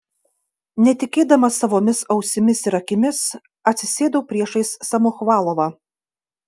netikėdama savomis ausimis ir akimis atsisėdau priešais samochvalovą